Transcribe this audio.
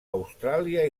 austràlia